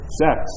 sex